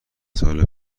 سال